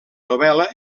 novel·la